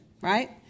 right